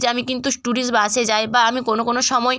যে আমি কিন্তু টুরিস্ট বাসে যাই বা আমি কোনো কোনো সময়